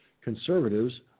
Conservatives